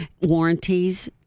warranties